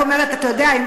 אתה יודע,